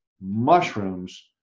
mushrooms